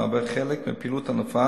מהווה חלק מפעילות ענפה